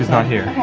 not here.